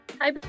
Hi